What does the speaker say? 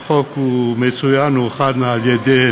והחוק הוא מצוין, הוא הוכן על-ידי